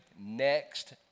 next